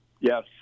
Yes